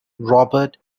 robert